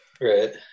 Right